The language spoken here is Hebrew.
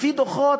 לפי דוחות,